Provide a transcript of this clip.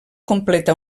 completa